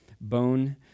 bone